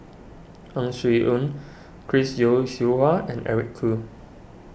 Ang Swee Aun Chris Yeo Siew Hua and Eric Khoo